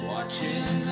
Watching